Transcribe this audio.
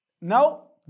No